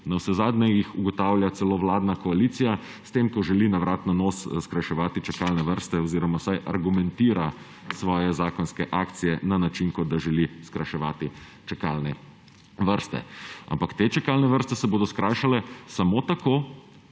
Navsezadnje jih ugotavlja celo vladna koalicija, s tem ko želi na vrat na nos skrajševati čakalne vrste oziroma vsaj argumentira svoje zakonske akcije na način, kot da želi skrajševati čakalne vrste. Ampak te čakalne vrste se bodo skrajšale samo tako,